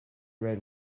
red